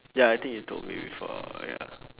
ya I think you told me before ya